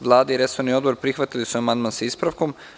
Vlada i resorni Odbor su prihvatili amandman sa ispravkom.